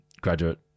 graduate